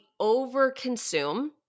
overconsume